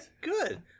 Good